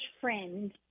friend